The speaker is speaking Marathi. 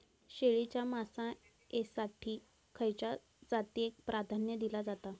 शेळीच्या मांसाएसाठी खयच्या जातीएक प्राधान्य दिला जाता?